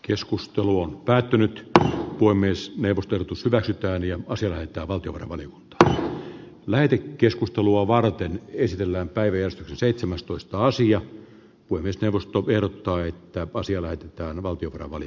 keskustelu on päättynyt poimi ees neuvottelut us hyväksytään ja asioita ovat jurvanen pitää lähde keskustelua varten esitellään päiviä seitsemästoista sija voimistelusta vertaa että asia lähetetään valtin rouvalin